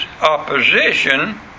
opposition